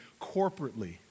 corporately